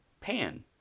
pan